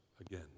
again